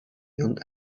young